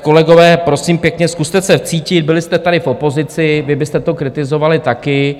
Kolegové, prosím pěkně, zkuste se vcítit, byli jste tady v opozici, vy byste to kritizovali taky.